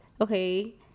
okay